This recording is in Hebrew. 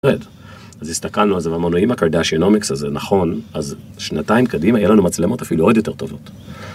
אז הסתכלנו על זה, ואמרנו, אם הקרדשיונומיקס הזה נכון, אז שנתיים קדימה יהיו לנו מצלמות אפילו עוד יותר טובות.